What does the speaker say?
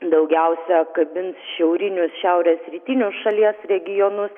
daugiausia kabins šiaurinius šiaurės rytinius šalies regionus